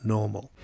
Normal